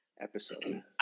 episode